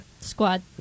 squad